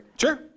Sure